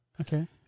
Okay